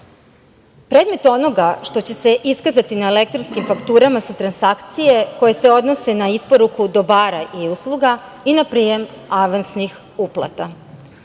faktura. Predmet onoga što će se iskazati na elektronskim fakturama su transakcije koje se odnose na isporuku dobara i usluga i na prijem avansnih